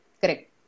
Correct